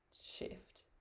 shift